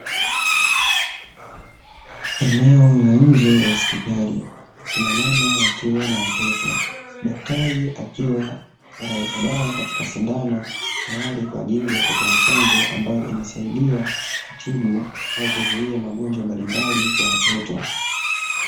Eneo la nje la hospitali akina mama wakiwa na watoto, daktari akiwa anaweka dawa katika sindano tayari kwajili ya kutoa chanjo ambayo inasaidia kutibu au kuzuia magonjwa mbalimbali kwa watoto.